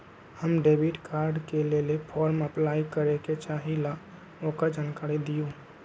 हम debit card के लेल फॉर्म अपलाई करे के चाहीं ल ओकर जानकारी दीउ?